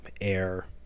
air